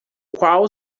qual